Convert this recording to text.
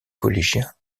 collégiens